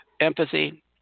empathy